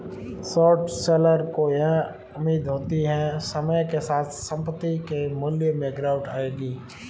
short seller को यह उम्मीद होती है समय के साथ संपत्ति के मूल्य में गिरावट आएगी